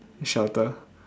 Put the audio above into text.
shelter